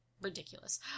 ridiculous